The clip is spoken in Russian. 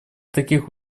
таких